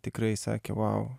tikrai sakė vau